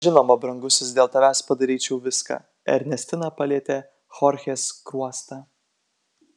žinoma brangusis dėl tavęs padaryčiau viską ernestina palietė chorchės skruostą